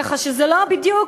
כך שזה לא בדיוק,